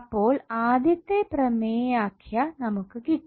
അപ്പോൾ ആദ്യത്തെ പ്രമേയാഖ്യ നമുക്ക് കിട്ടി